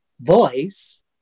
voice